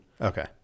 Okay